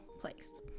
place